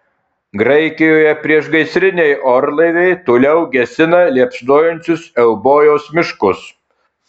graikijoje priešgaisriniai orlaiviai toliau gesina liepsnojančius eubojos miškus